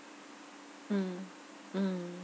mm mm